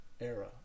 era